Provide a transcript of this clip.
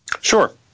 Sure